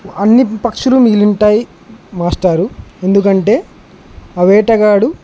అన్ని పక్షులు మిగిలుంటాయి మాస్టారు ఎందుకంటే ఆ వేటగాడు